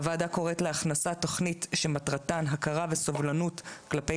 הוועדה קוראת להכנסת תכנית שמטרתן הכרה וסובלנות כלפי